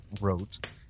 wrote